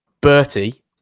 Bertie